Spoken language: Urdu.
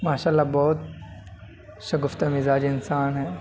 ماشاء اللہ بہت شگفتہ مزاج انسان ہیں